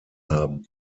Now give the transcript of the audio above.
haben